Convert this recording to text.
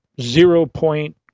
zero-point